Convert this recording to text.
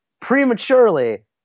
prematurely